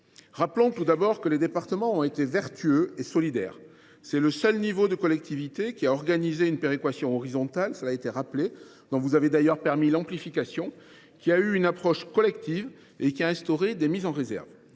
Rappelons tout d’abord que les départements ont été vertueux et solidaires. C’est le seul niveau de collectivité qui a organisé une péréquation horizontale, dont vous avez d’ailleurs permis l’amplification, qui a eu une approche collective et qui a instauré des mises en réserve.